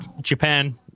japan